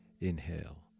Inhale